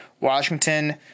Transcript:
Washington